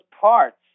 parts